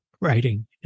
writing